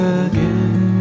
again